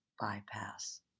bypass